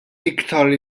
iktar